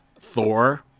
Thor